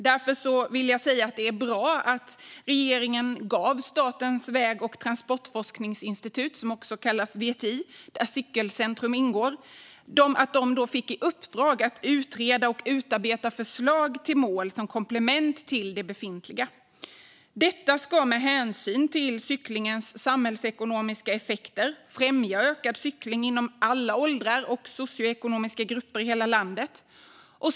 Därför är det bra att regeringen gav Statens väg och transportforskningsinstitut, VTI, där Cykelcentrum ingår, i uppdrag att utreda och utarbeta förslag till mål som komplement till de befintliga. Detta ska med hänsyn till cyklingens samhällsekonomiska effekter främja ökad cykling inom alla åldrar och socioekonomiska grupper i hela landet.